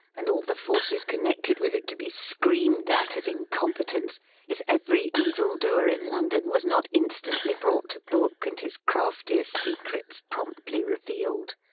and all the forces connected with it to be screamed at as incompetents if every evildoer in london was not instantly brought to book and his craftiest secrets promptly revealed.